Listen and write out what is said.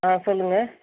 ஆ சொல்லுங்கள்